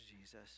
Jesus